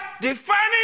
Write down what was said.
defining